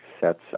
sets